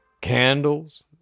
candles